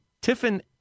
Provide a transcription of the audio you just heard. Tiffin